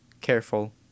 careful